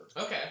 Okay